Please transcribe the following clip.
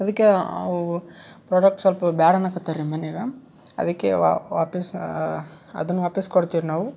ಅದಕ್ಕೆ ಅವ ಪ್ರಾಡಕ್ಟ್ ಸ್ವಲ್ಪ ಬ್ಯಾಡ್ ಅನ್ನಕತ್ತಾರೆ ರೀ ಮನ್ಯಾಗ ಅದಕ್ಕೆ ವಾಪಸ್ ಅದನ್ನ ವಾಪಸ್ ಕೊಡ್ತೀವಿ ರೀ ನಾವು